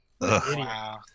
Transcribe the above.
Wow